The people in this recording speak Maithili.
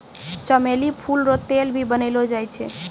चमेली फूल रो तेल भी बनैलो जाय छै